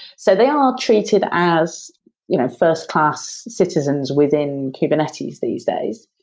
so they are treated as you know first-class citizens within kubernetes these these days.